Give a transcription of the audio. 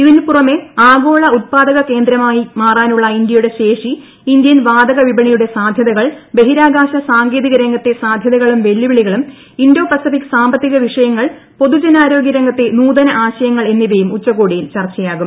ഇതിനുപുറമേ ആഗോള ഉത്പാദക കേന്ദ്രമായി മാറാനുള്ളൂ ഇന്ത്യയുടെ ശേഷി ഇന്ത്യൻ വാതക വിപണിയുടെ സാധൃത്തക്ൾ ബഹിരാകാശ സാങ്കേതിക രംഗത്തെ സാധ്യതകളൂം ിവ്യെല്ലുവിളികളും ഇൻഡോ പസഫിക് സാമ്പത്തിക വിഷയങ്ങൾ പൊതുജനാരോഗ്യ രംഗത്തെ നൂതന ആശയങ്ങൾ എന്നിവയും ഉച്ചകോടിയിൽ ചർച്ചയാകും